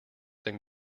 then